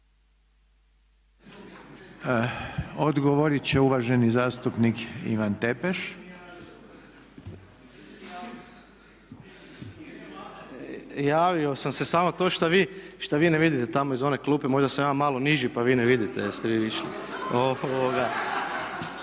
Odgovorit će uvaženi zastupnik Ivan Tepeš. **Tepeš, Ivan (HSP AS)** Javio sam se samo to što vi ne vidite tamo iz one klupe, možda sam ja malo niži pa vi ne vidite jer ste vi viši. Ja